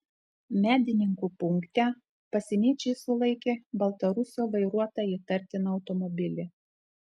medininkų punkte pasieniečiai sulaikė baltarusio vairuotą įtartiną automobilį